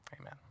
amen